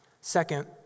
Second